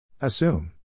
Assume